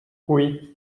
oui